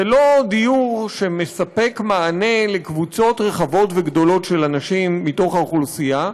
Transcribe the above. זה לא דיור שמספק מענה לקבוצות רחבות וגדולות של אנשים באוכלוסייה,